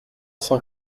cent